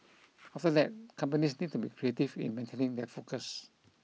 after that companies need to be creative in maintaining their focus